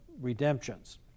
redemptions